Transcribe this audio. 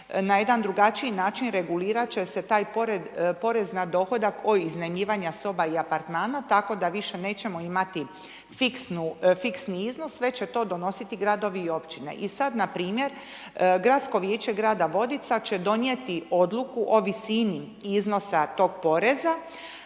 na jedan drugačiji način regulirat će se taj porez na dohodak o iznajmljivanja soba i apartmana, tako da više nećemo imati fiksni iznos, već će to donositi gradovi i općine. I sad npr. Gradsko vijeće Grada Vodica će donijeti odluku o visini tog poreza